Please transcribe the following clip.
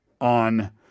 on